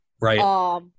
Right